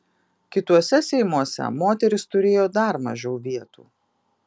kituose seimuose moterys turėjo dar mažiau vietų